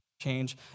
change